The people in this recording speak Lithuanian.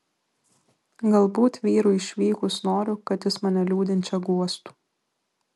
galbūt vyrui išvykus noriu kad jis mane liūdinčią guostų